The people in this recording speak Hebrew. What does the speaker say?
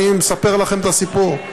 אני מספר לכם את הסיפור.